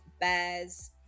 bears